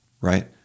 right